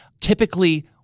typically